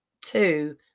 two